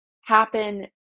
happen